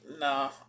No